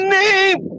name